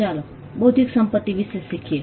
ચાલો બૌદ્ધિક સંપત્તિ વિશે શીખીએ